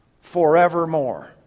forevermore